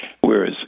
whereas